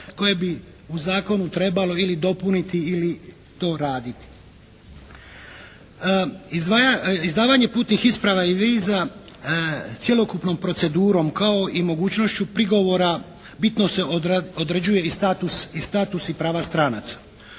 koje bi u zakonu trebali ili dopuniti ili doraditi. Izdavanje putnih isprava i viza cjelokupnom procedurom kao i mogućnošću prigovora bitno se određuje i status i prava stranaca.